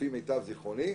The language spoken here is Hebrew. לפי מיטב זכרוני,